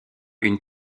une